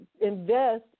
invest